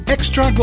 Extra